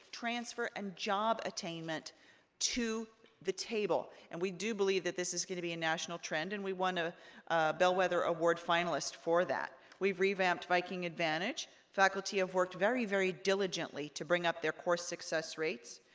transfer, and job attainment to the table. and we do believe that this is gonna be a national trend, and we won a bellwether award finalist for that. we've revamped viking advantage. faculty have worked very, very diligently to bring up their core success rates.